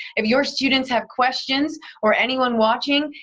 if your students have questions or anyone watching,